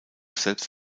selbst